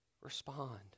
respond